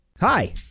Hi